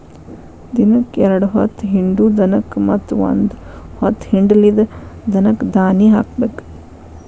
ದಿನಕ್ಕ ಎರ್ಡ್ ಹೊತ್ತ ಹಿಂಡು ದನಕ್ಕ ಮತ್ತ ಒಂದ ಹೊತ್ತ ಹಿಂಡಲಿದ ದನಕ್ಕ ದಾನಿ ಹಾಕಬೇಕ